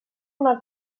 una